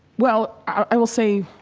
well, i will say